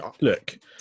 Look